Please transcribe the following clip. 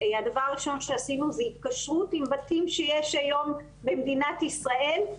הדבר הראשון שעשינו זה התקשרות עם בתים שיש היום במדינת ישראל,